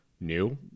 new